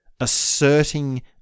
asserting